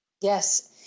Yes